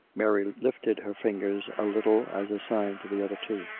mary lifted her fingers a little as a sign to the other two.